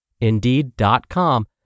Indeed.com